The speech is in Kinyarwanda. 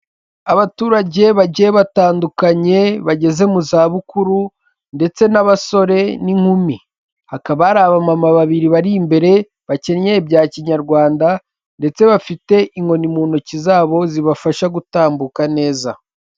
Abaturage bagiye batandukanye bageze mu za bukuru ndetse n'abasore n'inkumi hakaba hari abamama babiri bari imbere bakenyeye bya Kinyarwanda ndetse bafite inkoni mu ntoki zabo zibafasha gutambuka neza.